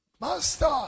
Master